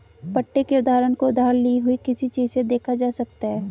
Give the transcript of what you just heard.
पट्टे के उदाहरण को उधार ली हुई किसी चीज़ से देखा जा सकता है